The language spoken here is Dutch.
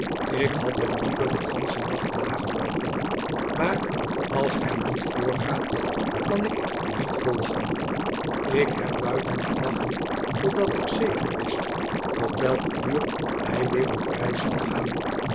ik had hem liever den ganschen nacht nageloopen maar als hij niet voorgaat kan ik niet volgen ik heb buiten gewacht totdat ik zeker wist op welk uur hij weer op reis zal gaan